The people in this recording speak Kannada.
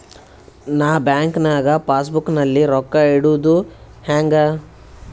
ನಾ ಬ್ಯಾಂಕ್ ನಾಗ ಪಾಸ್ ಬುಕ್ ನಲ್ಲಿ ರೊಕ್ಕ ಇಡುದು ಹ್ಯಾಂಗ್?